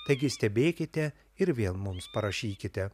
taigi stebėkite ir vėl mums parašykite